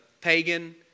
pagan